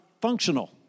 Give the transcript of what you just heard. functional